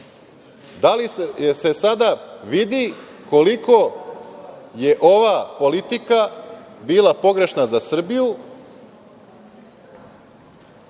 Da li se sada vidi koliko je ova politika bila pogrešna za Srbiju